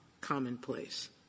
commonplace